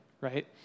right